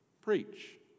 preach